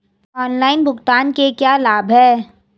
Online भुगतान के क्या लाभ हैं?